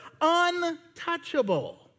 untouchable